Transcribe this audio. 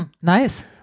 Nice